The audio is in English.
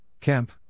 Kemp